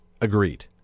Agreed